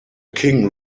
king